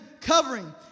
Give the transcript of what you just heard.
covering